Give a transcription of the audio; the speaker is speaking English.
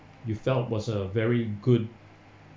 you felt was a very good